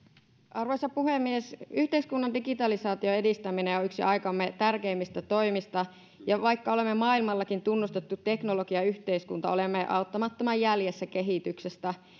arvoisa puhemies yhteiskunnan digitalisaation edistäminen on yksi aikamme tärkeimmistä toimista ja vaikka olemme maailmallakin tunnustettu teknologiayhteiskunta olemme auttamattoman jäljessä kehityksestä